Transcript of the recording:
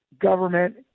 government